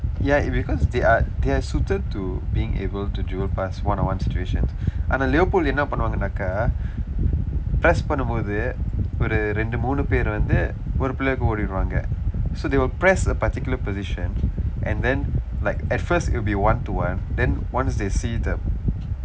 ya it because they are they are suited to being able to do a fast one on one situation ஆனா:aana liverpool என்ன பன்னங்கணா:enna pannanganaa press பண்ணும்போது ஒரு இரண்டு மூன்று பேரு வந்து ஒரு:pannumpoothu oru irandu muunru peer vandthu oru player-ku ஓடிருவாங்க:oodiruvaangka so they will press a particular position and then like at first it will be one to one then once they see the